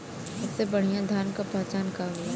सबसे बढ़ियां धान का पहचान का होला?